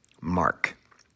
mark